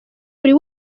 buri